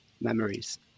memories